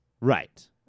Right